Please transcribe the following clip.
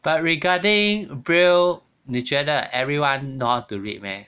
but regarding braille 你觉得 everyone know how to read meh